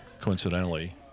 coincidentally